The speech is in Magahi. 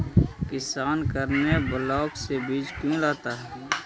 किसान करने ब्लाक से बीज क्यों लाता है?